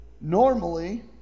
Normally